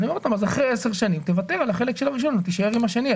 אני אומר שוב שאחרי עשר שנים תוותר על החלק של הראשון ותישאר עם השני.